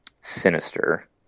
sinister